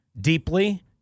deeply